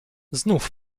znów